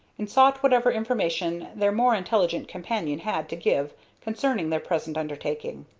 and sought whatever information their more intelligent companion had to give concerning their present undertaking.